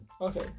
Okay